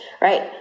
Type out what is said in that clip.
right